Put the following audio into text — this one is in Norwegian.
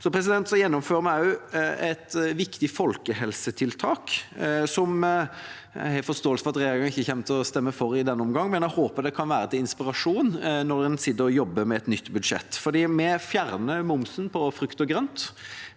klimatiltak. Vi gjennomfører også et viktig folkehelsetiltak, som jeg har forståelse for at regjeringspartiene ikke kommer til å stemme for i denne omgang, men som jeg håper kan være til inspirasjon når en sitter og jobber med et nytt budsjett: Vi fjerner momsen på frukt og grønt.